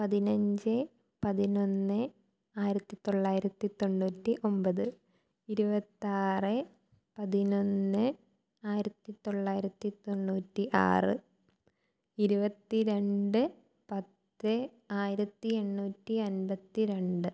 പതിനഞ്ച് പതിനൊന്ന് ആയിരത്തി തൊള്ളായിരത്തി തൊണ്ണൂറ്റി ഒമ്പത് ഇരുപത്തി ആറ് പതിനൊന്ന് ആയിരത്തി തൊള്ളായിരത്തി തൊണ്ണൂറ്റി ആറ് ഇരുപത്തി രണ്ട് പത്ത് ആയിരത്തി എണ്ണൂറ്റി അൻപത്തി രണ്ട്